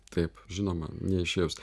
taip žinoma neišėjus